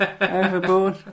overboard